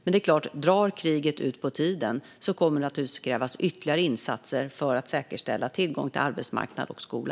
Men drar kriget ut på tiden kommer det givetvis att krävas ytterligare insatser för att säkerställa tillgång till arbetsmarknad och skola.